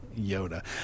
Yoda